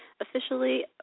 officially